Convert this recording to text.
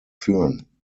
führen